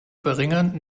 verringern